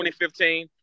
2015